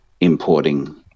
importing